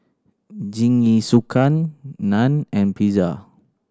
Jingisukan Naan and Pizza